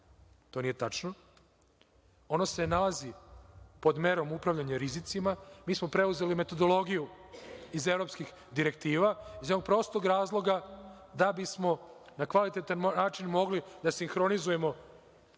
To nije tačno. Ono se nalazi pod merom upravljanja rizicima. Mi smo preuzeli metodologiju iz evropskih direktiva, iz jednog prostog razloga da bismo na kvalitetan način mogli da sinhronizujemo